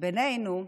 בינינו,